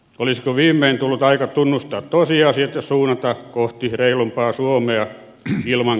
olisiko viimein tullut aika tunnustaa tosiasiat ja suunnata kohti reilumpaa suomea ilman